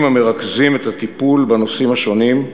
המרכזים את הטיפול בנושאים השונים,